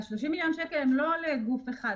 30 מיליון שקל הם לא לגוף אחד.